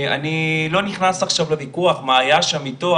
אני לא נכנס עכשיו לויכוח מה היה שם איתו,